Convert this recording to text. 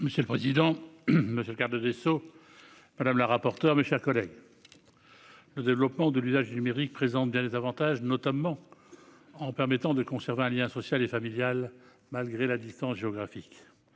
-Monsieur le président, monsieur le garde des sceaux, mes chers collègues, le développement de l'usage du numérique présente bien des avantages, notamment en permettant de conserver un lien social et familial malgré la distance géographique.